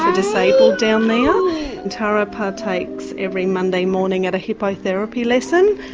ah disabled down there and tara partakes every monday morning at a hipotherapy lesson.